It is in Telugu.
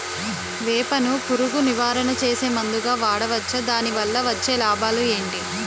వేప ను పురుగు నివారణ చేసే మందుగా వాడవచ్చా? దాని వల్ల వచ్చే లాభాలు ఏంటి?